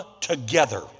together